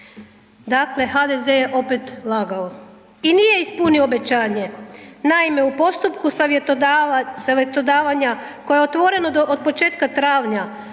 Dakle, HDZ je opet lagao i nije ispunio obećanje. Naime, u postupku savjetodavanja koje je otvoreno od početka travnja,